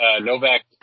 Novak